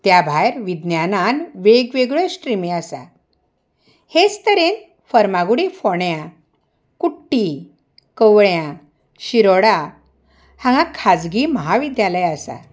त्या भायर विज्ञानान वेगवेगळ्यो स्ट्रिमी आसा हेच तरेन फर्मागुडी फोण्या कुट्टी कवळ्या शिरोडा हांगा खाजगी महाविद्यालयां आसा